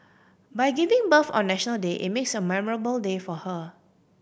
by giving birth on National Day it marks a memorable day for her